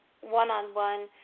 one-on-one